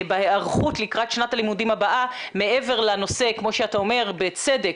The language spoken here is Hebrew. בהיערכות לקראת שנת הלימודים הבאה מעבר לנושא כמו שאתה אומר בצדק,